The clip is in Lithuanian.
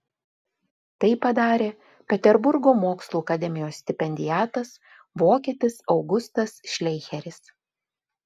tai padarė peterburgo mokslų akademijos stipendiatas vokietis augustas šleicheris